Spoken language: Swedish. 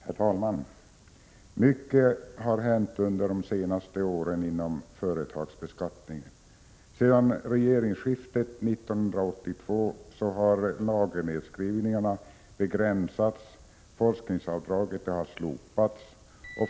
Herr talman! Mycket har hänt under de senaste åren inom företagsbeskattningen. Sedan regeringsskiftet 1982 har lagernedskrivningarna begränsats och forskningsavdraget slopats.